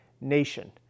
nation